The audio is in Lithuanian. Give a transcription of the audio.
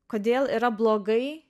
kodėl yra blogai